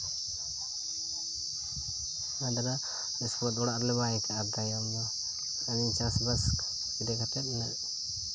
ᱟᱫᱮᱨᱟ ᱩᱥᱠᱮᱵᱟᱫ ᱚᱲᱟᱜ ᱨᱮᱞᱮ ᱵᱟᱭ ᱠᱟᱜᱼᱟ ᱛᱟᱭᱚᱢ ᱫᱚ ᱦᱳᱲᱳ ᱪᱟᱥᱵᱟᱥ ᱤᱫᱤ ᱠᱟᱛᱮ ᱱᱤᱱᱟᱹᱜ